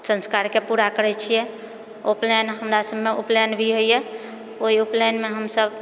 सन्स्कारके पूरा करै छिऐ उपनैन हमरा सभमे उपनैन भी होइए ओहि उपनैनमे हमसभ